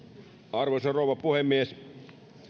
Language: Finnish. arvoisa rouva puhemies